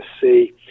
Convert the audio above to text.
see